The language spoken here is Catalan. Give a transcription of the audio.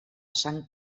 sang